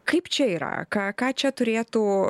kaip čia yra ką ką čia turėtų